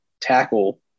tackle